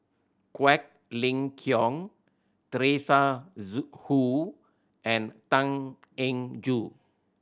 Quek Ling Kiong Teresa Hsu and Tan Eng Joo